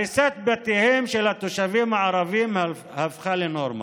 הריסת בתיהם של התושבים הערבים הפכה לנורמה,